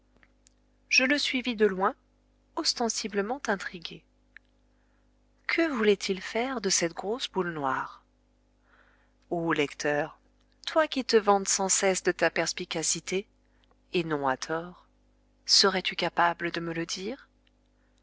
je le suivis de loin ostensiblement intrigué que voulait-il faire de cette grosse boule noire o lecteur toi qui te vantes sans cesse de ta perspicacité et non à tort serais-tu capable de me le dire